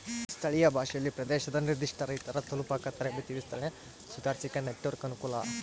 ಸ್ಥಳೀಯ ಭಾಷೆಯಲ್ಲಿ ಪ್ರದೇಶದ ನಿರ್ಧಿಷ್ಟ ರೈತರ ತಲುಪಾಕ ತರಬೇತಿ ವಿಸ್ತರಣೆ ಸುಧಾರಿಸಾಕ ನೆಟ್ವರ್ಕ್ ಅನುಕೂಲ